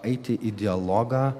eiti į dialogą